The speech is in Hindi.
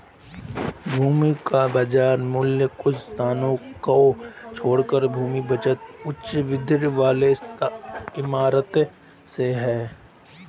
भूमि का बाजार मूल्य कुछ स्थानों को छोड़कर भूमि बचत उच्च वृद्धि वाली इमारतों से है